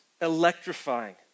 electrifying